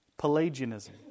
Pelagianism